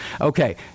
Okay